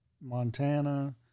Montana